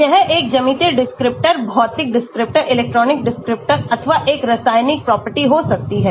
यह एक ज्यामितीय descriptors भौतिक descriptors इलेक्ट्रॉनिक descriptors अथवा एक रासायनिकप्रॉपर्टी हो सकती है